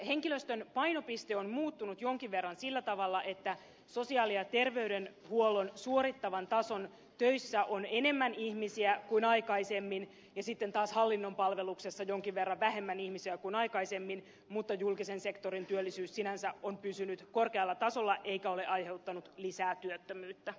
henkilöstön painopiste on muuttunut jonkin verran sillä tavalla että sosiaali ja terveydenhuollon suorittavan tason töissä on enemmän ihmisiä kuin aikaisemmin ja sitten taas hallinnon palveluksessa jonkin verran vähemmän ihmisiä kuin aikaisemmin mutta julkisen sektorin työllisyys sinänsä on pysynyt korkealla tasolla eikä ole aiheuttanut lisää työttömyyttä